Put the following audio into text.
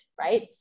right